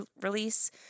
release